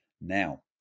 Now